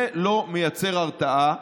זה לא מייצר הרתעה,